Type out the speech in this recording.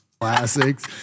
Classics